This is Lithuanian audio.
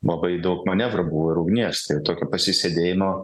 labai daug manevrų buvo ir ugnies ir tokio pasisėdėjimo